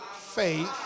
faith